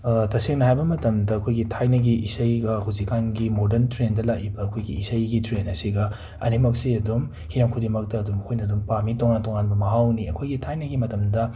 ꯇꯁꯦꯡꯅ ꯍꯥꯏꯕ ꯃꯇꯝꯗ ꯑꯩꯈꯣꯏꯒꯤ ꯊꯥꯏꯅꯒꯤ ꯏꯁꯩꯒ ꯍꯧꯖꯤꯛꯀꯥꯟꯒꯤ ꯃꯣꯔꯗꯟ ꯇ꯭ꯔꯦꯟꯗ ꯂꯥꯛꯂꯤꯕ ꯑꯩꯈꯣꯏꯒꯤ ꯏꯁꯩꯒꯤ ꯇ꯭ꯔꯦꯟ ꯑꯁꯤꯒ ꯑꯅꯤꯃꯛꯁꯤ ꯑꯗꯨꯝ ꯍꯤꯔꯝ ꯈꯨꯗꯤꯡꯃꯛꯇ ꯑꯗꯨꯝ ꯑꯩꯈꯣꯏꯅ ꯑꯗꯨꯝ ꯄꯥꯝꯃꯤ ꯇꯣꯉꯥꯟ ꯇꯣꯉꯥꯟꯕ ꯃꯍꯥꯎꯅꯤ ꯑꯩꯈꯣꯏꯒꯤ ꯊꯥꯏꯅꯒꯤ ꯃꯇꯝꯗ